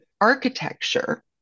architecture